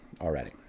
already